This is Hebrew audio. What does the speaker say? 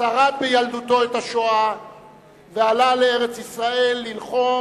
שרד בילדותו את השואה ועלה לארץ-ישראל ללחום